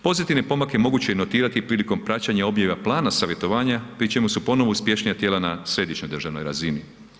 Pozitivne pomake moguće je notirati prilikom praćenja objave plana savjetovanja, pri čemu su ponovno uspješnije tijela na središnjoj državnoj razini.